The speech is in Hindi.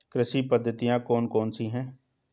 कृषि पद्धतियाँ कौन कौन सी हैं?